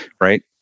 right